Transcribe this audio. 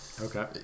Okay